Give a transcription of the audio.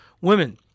women